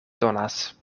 donas